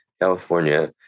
California